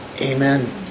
Amen